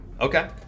Okay